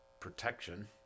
protection